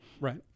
Right